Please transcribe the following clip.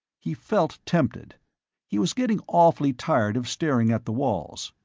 he felt tempted he was getting awfully tired of staring at the walls.